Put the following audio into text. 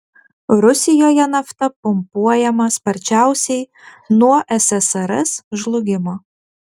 rusijoje nafta pumpuojama sparčiausiai nuo ssrs žlugimo